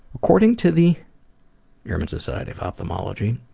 according to the german society of ophthalmology,